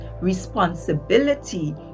responsibility